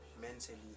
mentally